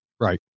Right